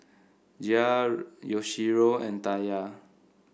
Jair Yoshio and Taya